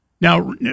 Now